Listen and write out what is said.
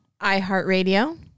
iHeartRadio